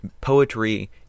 poetry